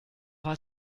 war